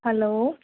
hello